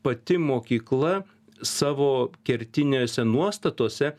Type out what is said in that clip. pati mokykla savo kertinėse nuostatose